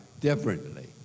differently